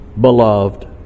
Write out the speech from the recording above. beloved